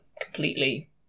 completely